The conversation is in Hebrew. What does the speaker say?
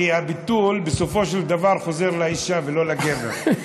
כי הביטול בסופו של דבר חוזר לאישה ולא לגבר.